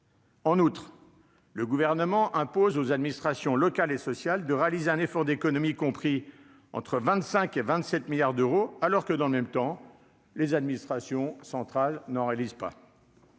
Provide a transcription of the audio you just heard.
En outre, le gouvernement impose aux administrations locales et sociales de réaliser un effort d'économies compris entre 25 et 27 milliards d'euros, alors que dans le même temps, les administrations centrales ne réalise pas.